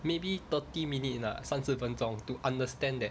maybe thirty minute lah 三十分钟 to understand that